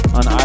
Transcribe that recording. on